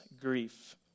grief